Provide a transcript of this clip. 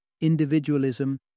individualism